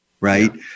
right